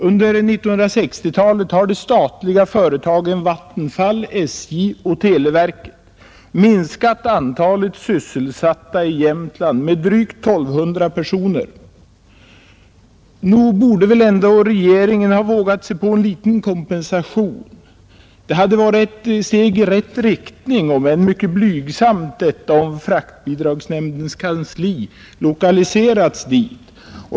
Under 1960-talet har de statliga företagen Vattenfall, SJ och televerket minskat antalet sysselsatta i Jämtland med drygt 1 200 personer. Nog borde väl ändå regeringen ha vågat sig på en liten kompensation. Det hade varit ett steg i rätt riktning, om än blygsamt, om fraktbidragsnämndens kansli lokaliserats dit.